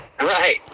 right